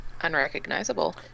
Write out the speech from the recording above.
unrecognizable